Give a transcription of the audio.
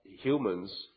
humans